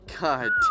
God